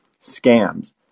scams